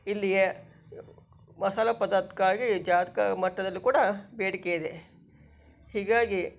ಇಲ್ಲಿಯ ಮಸಾಲೆ ಪದಾರ್ಥಕ್ಕಾಗಿ ಜಾಗತ್ಕ ಮಟ್ಟದಲ್ಲೂ ಕೂಡ ಬೇಡಿಕೆ ಇದೆ ಹೀಗಾಗಿ